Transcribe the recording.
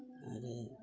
आरो